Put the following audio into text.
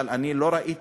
אבל אני לא ראיתי